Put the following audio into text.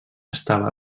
estava